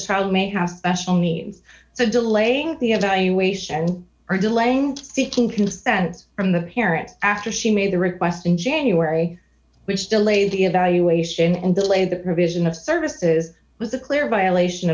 child may have special needs so delaying the evaluation or delaying seeking consent from the parents after she made the request in january which delayed the evaluation and delayed the provision of services was a clear violation